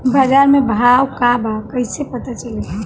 बाजार के भाव का बा कईसे पता चली?